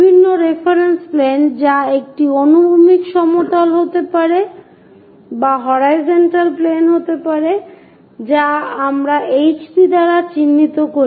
বিভিন্ন reference plane যা একটি অনুভূমিক সমতল হতে পারে যা আমরা HP দ্বারা চিহ্নিত করি